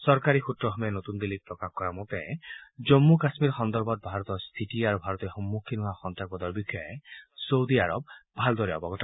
চৰকাৰী সৃত্ৰসমূহে নতুন দিল্লীত প্ৰকাশ কৰা মতে জম্মু কাশ্মীৰ সন্দৰ্ভত ভাৰতৰ স্থিতি আৰু ভাৰতে সন্মুখীন হোৱা সন্তাসবাদৰ বিষয়ে চৌদি আৰব ভালদৰে অৱগত